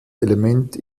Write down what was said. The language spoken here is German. element